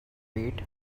wait